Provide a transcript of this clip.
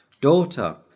Daughter